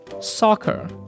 Soccer